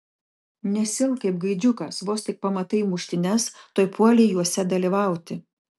nesielk kaip gaidžiukas vos tik pamatai muštynes tuoj puoli jose dalyvauti